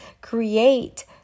create